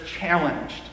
challenged